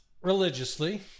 religiously